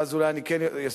ואז אולי אני כן אספיק.